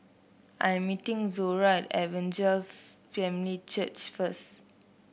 I'm meeting Zora at Evangel Family Church first